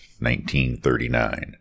1939